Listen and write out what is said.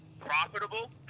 Profitable